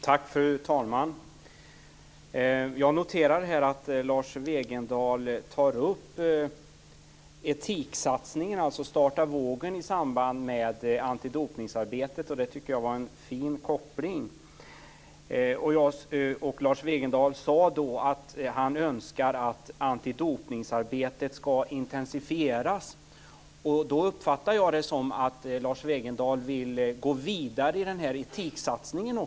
Fru talman! Jag noterar att Lars Wegendal tar upp etiksatsningar - t.ex. Starta vågen - i samband med antidopningsarbetet, och det tycker jag var en fin koppling. Han sade att han önskade att antidopningsarbetet skulle intensifieras. Det uppfattade jag som att Lars Wegendal ville gå vidare med etiksatsningen.